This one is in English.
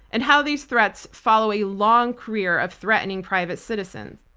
and how these threats followed a long career of threatening private citizens.